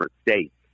states